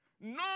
No